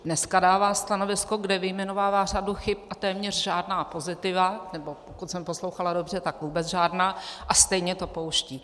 Dneska dává stanovisko, kde vyjmenovává řadu chyb, a téměř žádná pozitiva, nebo pokud jsem poslouchala dobře, tak vůbec žádná, a stejně to pouští.